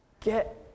Get